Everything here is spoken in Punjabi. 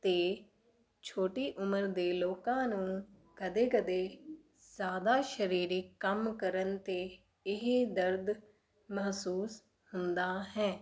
ਅਤੇ ਛੋਟੀ ਉਮਰ ਦੇ ਲੋਕਾਂ ਨੂੰ ਕਦੇ ਕਦੇ ਜ਼ਿਆਦਾ ਸਰੀਰਿਕ ਕੰਮ ਕਰਨ 'ਤੇ ਇਹ ਦਰਦ ਮਹਿਸੂਸ ਹੁੰਦਾ ਹੈ